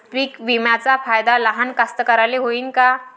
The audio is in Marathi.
पीक विम्याचा फायदा लहान कास्तकाराइले होईन का?